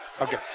Okay